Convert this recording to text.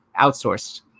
outsourced